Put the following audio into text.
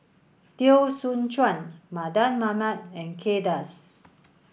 Teo Soon Chuan Mardan Mamat and Kay Das